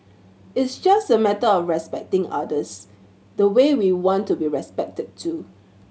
it's just a matter of respecting others the way we want to be respected too